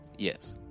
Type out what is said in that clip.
yes